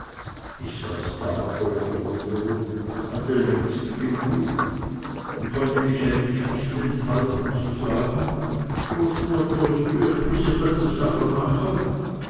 ich saß da ganz voll verwunderung hatte längst genug und konnte mich endlich nicht enthalten zu sagen